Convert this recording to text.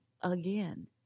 again